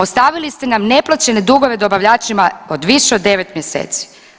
Ostavili ste nam neplaćene dugove dobavljačima od više od 9 mjeseci.